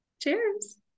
Cheers